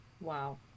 Wow